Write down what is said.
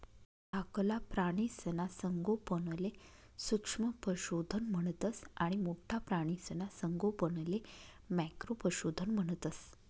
धाकला प्राणीसना संगोपनले सूक्ष्म पशुधन म्हणतंस आणि मोठ्ठा प्राणीसना संगोपनले मॅक्रो पशुधन म्हणतंस